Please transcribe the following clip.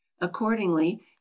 accordingly